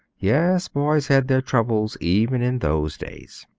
yes, boys had their troubles even in those days.